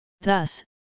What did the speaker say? Thus